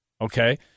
Okay